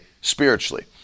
spiritually